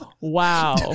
Wow